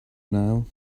now